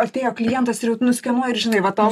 artėja klientas ir jaut nuskenuoji ir žinai va tau